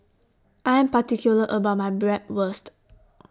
I Am particular about My Bratwurst